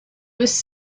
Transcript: was